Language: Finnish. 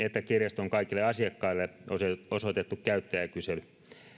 että kirjaston kaikille asiakkaille osoitettu käyttäjäkysely